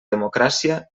democràcia